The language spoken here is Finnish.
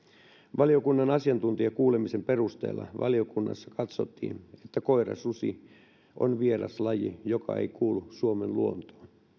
valiokunnan asiantuntijakuulemisen perusteella valiokunnassa katsottiin että koirasusi on vieraslaji joka ei kuulu suomen luontoon